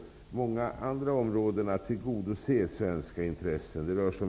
Det gäller också att tillgodose svenska intressen på många andra områden.